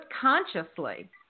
consciously